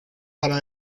para